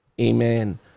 Amen